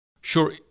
Sure